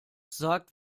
sagt